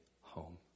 home